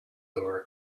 door